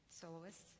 soloists